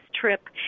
trip